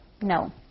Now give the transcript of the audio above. No